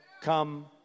come